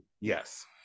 yes